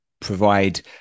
provide